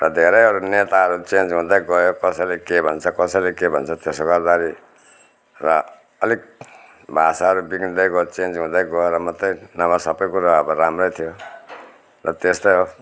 र धेरै अब नेताहरू चेन्ज हुँदै गयो कसैले के भन्छ कसैले के भन्छ त्यसो गर्दाखेरि र अलिक भाषाहरू बिग्रिँदै गयो चेन्ज हुँदै गयो र मात्रै नभए सबै कुरा अब राम्रै थियो र त्यस्तै हो